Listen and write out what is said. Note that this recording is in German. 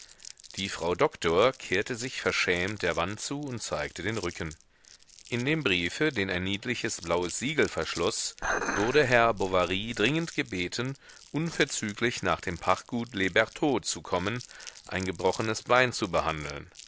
die frau doktor kehrte sich verschämt der wand zu und zeigte den rücken in dem briefe den ein niedliches blaues siegel verschloß wurde herr bovary dringend gebeten unverzüglich nach dem pachtgut les bertaux zu kommen ein gebrochenes bein zu behandeln